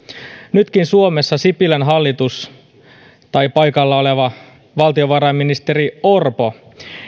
nytkin suomessa sipilän hallitus tai paikalla oleva valtiovarainministeri orpo